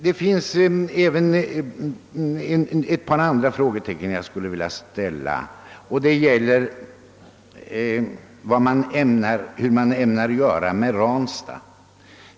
Det finns även ett par andra frågor som jag skulle vilja ställa. Den ena gäller vad man ämnar göra med Ranstad.